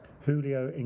Julio